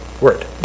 word